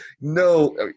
No